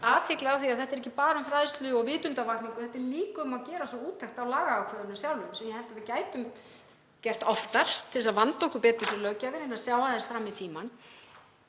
athygli á því að þetta er ekki bara um fræðslu og vitundarvakningu. Þetta er líka um að gera úttekt á lagaákvæðunum sjálfum sem ég held að við gætum gert oftar til að vanda okkur betur sem löggjafinn og reyna að sjá aðeins fram í tímann.